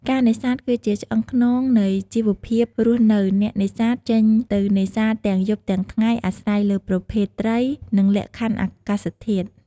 ការនេសាទគឺជាឆ្អឹងខ្នងនៃជីវភាពរស់នៅ អ្នកនេសាទចេញទៅនេសាទទាំងយប់ទាំងថ្ងៃ អាស្រ័យលើប្រភេទត្រី និងលក្ខខណ្ឌអាកាសធាតុ។